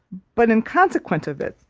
but, in consequence of it,